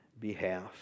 behalf